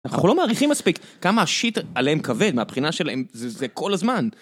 אנחנו לא מעריכים מספיק כמה שיט עליהם כבד, מהבחינה שלהם זה כל הזמן.